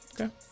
Okay